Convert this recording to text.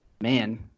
man